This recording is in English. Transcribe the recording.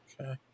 Okay